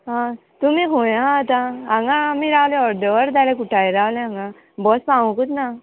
आं तुमी खंया आतां हांगा आमी रावले अर्द अर्द जाले कुटाळीं रावले हांगा बस फावूंकूच ना